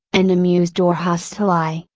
an amused or hostile eye,